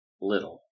little